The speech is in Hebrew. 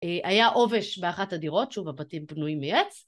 היה עובש באחת הדירות, שוב, הבתים בנויים מעץ